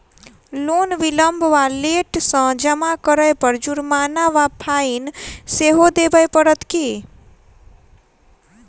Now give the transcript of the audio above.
Loan विलंब वा late सँ जमा करै पर जुर्माना वा फाइन सेहो देबै पड़त की?